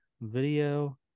video